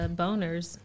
boners